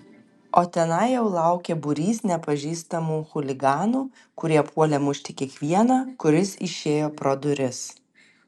o tenai jau laukė būrys nepažįstamų chuliganų kurie puolė mušti kiekvieną kuris išėjo pro duris